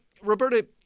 Roberta